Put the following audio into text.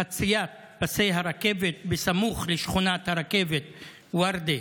חציית פסי הרכב סמוך לשכונת הרכבת ורדה,